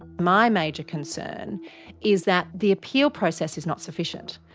my major concern is that the appeal process is not sufficient.